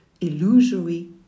illusory